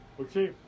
Okay